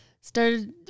started